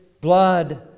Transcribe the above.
blood